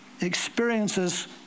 experiences